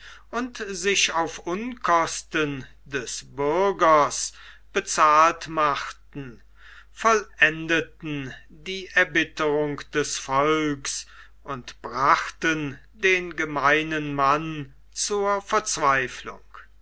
und sich auf unkosten des bürgers bezahlt machten vollendeten die erbitterung des volks und brachten den gemeinen mann zur verzweiflung